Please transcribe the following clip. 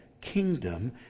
kingdom